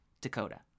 Dakota